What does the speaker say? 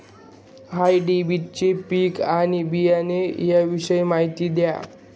हायब्रिडची पिके आणि बियाणे याविषयी माहिती द्या